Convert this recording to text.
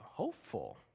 Hopeful